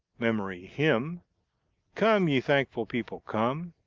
memory hymn come, ye thankful people, come.